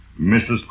Mrs